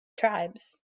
tribes